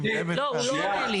הוא לא עונה לי.